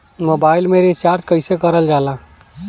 Mobile में recharge कइसे करल जाला?